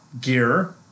gear